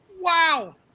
Wow